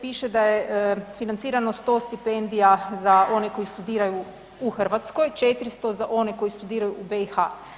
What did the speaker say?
Piše da je financirano sto stipendija za one koji studiraju u Hrvatskoj, 400 za one koji studiraju u BiH.